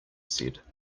said